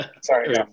Sorry